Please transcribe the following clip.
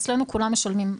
אצלנו כולם משלמים.